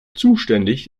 zuständig